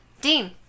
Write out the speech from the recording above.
Dean